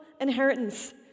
inheritance